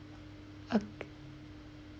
okay